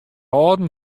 âlden